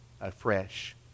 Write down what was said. Afresh